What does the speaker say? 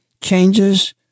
changes